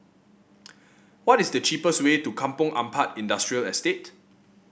what is the cheapest way to Kampong Ampat Industrial Estate